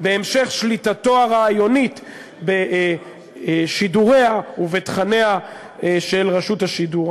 בהמשך שליטתו הרעיונית בשידוריה ובתכניה של רשות השידור.